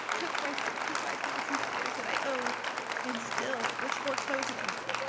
took my sixty five thousand dollars that i owed and still was foreclosing on me.